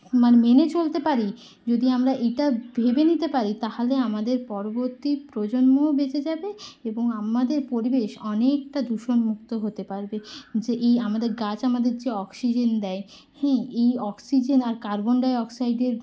মান মেনে চলতে পারি যদি আমরা এইটা ভেবে নিতে পারি তাহলে আমদের পরবর্তী প্রজন্মও বেঁচে যাবে এবং আমাদের পরিবেশ অনেকটা দূষণমুক্ত হতে পারবে যে এই আমাদের গাছ আমাদের যে অক্সিজেন দেয় হ্যাঁ এই অক্সিজেন আর কার্বন ডাই অক্সাইডের